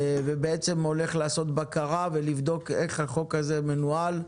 ובעצם הולך לעשות בקרה ולבדוק איך החוק הזה מנוהל,